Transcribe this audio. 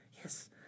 Yes